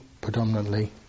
predominantly